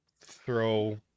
throw